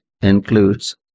includes